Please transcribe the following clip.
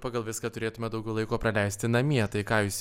pagal viską turėtume daugiau laiko praleisti namie tai ką jūs